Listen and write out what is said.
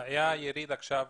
היה יריד עכשיו,